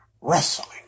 wrestling